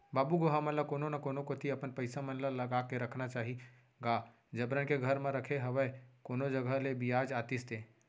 बाबू गो हमन ल कोनो न कोनो कोती अपन पइसा मन ल लगा के रखना चाही गा जबरन के घर म रखे हवय कोनो जघा ले बियाज आतिस ते